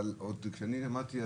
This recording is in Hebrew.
אבל עוד כשאני למדתי,